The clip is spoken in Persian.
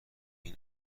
این